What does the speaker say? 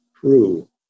true